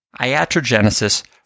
Iatrogenesis